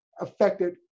affected